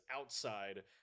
outside